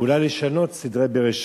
ואולי לשנות סדרי בראשית.